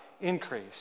increase